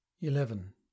eleven